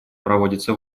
проводится